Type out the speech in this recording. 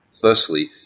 firstly